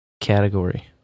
category